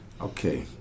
okay